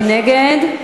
מי נגד?